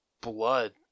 blood